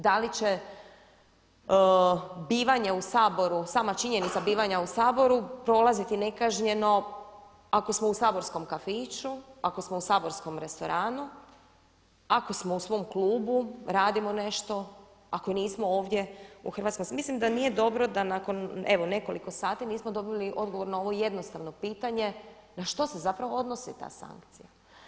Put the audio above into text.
Da li će bivanje u Saboru, sama činjenica bivanja u Saboru prolaziti nekažnjeno ako smo u saborskom kafiću, ako smo u saborskom restoranu, ako smo u svom klubu, radimo nešto, ako nismo ovdje u … [[Govornica se ne razumije.]] Mislim da nije dobro da nakon, evo nekoliko sati, nismo dobili odgovor na ovo jednostavno pitanje, na što se zapravo odnosi ta sankcija.